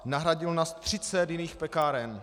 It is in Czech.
Nahradilo nás 30 jiných pekáren.